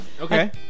Okay